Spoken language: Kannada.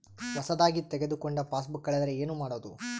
ಹೊಸದಾಗಿ ತೆಗೆದುಕೊಂಡ ಪಾಸ್ಬುಕ್ ಕಳೆದರೆ ಏನು ಮಾಡೋದು?